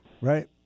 Right